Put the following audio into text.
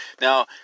Now